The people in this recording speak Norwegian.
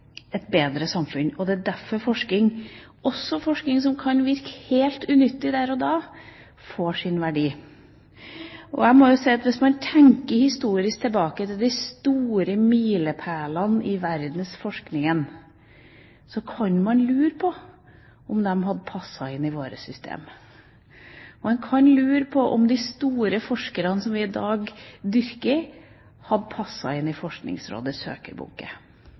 et bedre samfunn. Det er derfor forskning, også forskning som kan virke helt unyttig der og da, får sin verdi. Hvis man tenker historisk tilbake på de store milepælene i verdensforskningen, kan man lure på om de hadde passet inn i vårt system. Man kan lure på om de store forskerne som vi i dag dyrker, hadde passet inn i Forskningsrådets